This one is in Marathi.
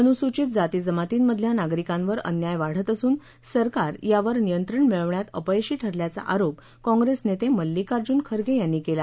अनुसूचित जाती जमातींमधल्या नागरिकांवर अन्याय वाढत असून सरकार यावर नियंत्रण मिळवण्यात अपयशी ठरल्याचा आरोप काँग्रेस नेते मल्लिकार्जून खरगे यांनी केला